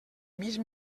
mig